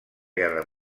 guerra